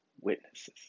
Witnesses